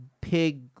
pig